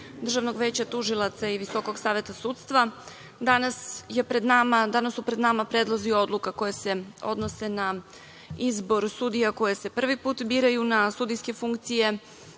Državnog veća tužilaca i VSS, danas su pred nama predlozi odluka koji se odnose na izbor sudija koji se prvi put biraju na sudijske funkcije